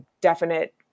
definite